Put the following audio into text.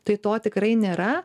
tai to tikrai nėra